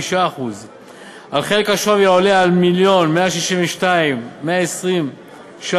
5%; על חלק השווי העולה על מיליון ו-162,120 ש"ח